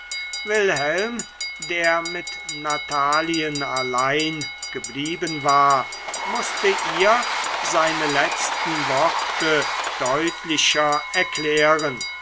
wilhelm der mit natalien allein geblieben war mußte ihr seine letzten worte deutlicher erklären